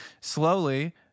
slowly